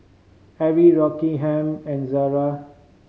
Arai Rockingham and Zara